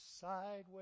sideways